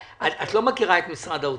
את לא מכירה את משרד האוצר.